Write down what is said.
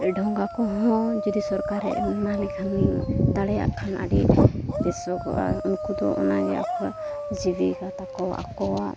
ᱰᱷᱚᱸᱜᱟ ᱠᱚᱦᱚᱸ ᱡᱩᱫᱤ ᱥᱚᱨᱠᱟᱨᱮ ᱮᱢᱟ ᱞᱮᱠᱷᱟᱱ ᱫᱟᱲᱮᱭᱟᱜ ᱠᱷᱟᱱ ᱟᱹᱰᱤ ᱵᱮᱥᱚᱜᱚᱜᱼᱟ ᱩᱱᱠᱩ ᱫᱚ ᱚᱱᱟᱜᱮ ᱟᱠᱚᱣᱟᱜ ᱡᱤᱵᱤᱠᱟ ᱛᱟᱠᱚ ᱟᱠᱚᱣᱟᱜ